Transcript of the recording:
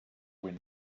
win